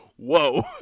Whoa